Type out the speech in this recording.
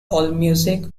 allmusic